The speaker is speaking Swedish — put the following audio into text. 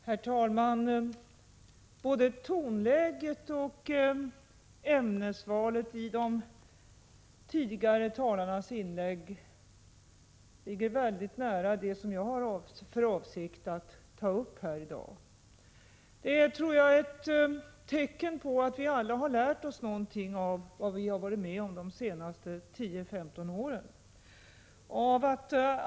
Herr talman! Både tonläget och ämnesvalet i de tidigare talarnas inlägg ligger mycket nära det som jag har för avsikt att ta upp här i dag. Det tror jag är ett tecken på att vi alla har lärt oss någonting av vad vi har varit med om under de senaste tio femton åren.